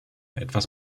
etwas